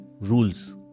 Rules